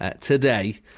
today